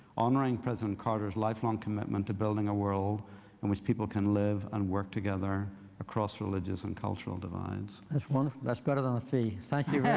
honoring president carter's lifelong commitment to building a world in and which people can live and work together across religious and cultural divides. that's wonderful. that's better than a fee. thank you very